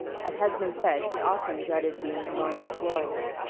as has been said he often dreaded being alone with gloria.